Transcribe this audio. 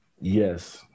yes